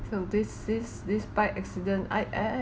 so this this this bike accident I I I